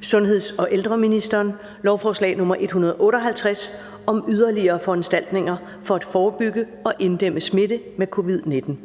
smitsomme og andre overførbare sygdomme. (Yderligere foranstaltninger for at forebygge og inddæmme smitte med covid-19 m.v.)).